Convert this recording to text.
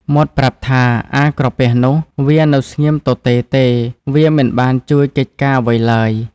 មាត់ប្រាប់ថា "អា ក្រពះនោះ វានៅស្ងៀមទទេទេវាមិនបានជួយកិច្ចការអ្វីឡើយ" ។